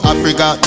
Africa